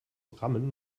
rammen